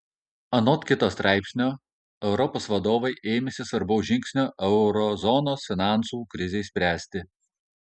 anot kito straipsnio europos vadovai ėmėsi svarbaus žingsnio euro zonos finansų krizei spręsti